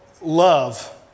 love